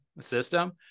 system